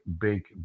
big